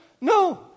No